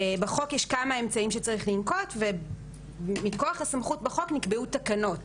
בחוק ישנם כמה אמצעים שצריך לנקוט ומכוח הסמכות החוק נקבעו תקנות,